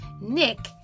Nick